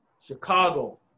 Chicago